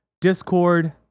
discord